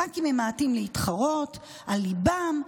הבנקים ממעטים להתחרות על ליבם,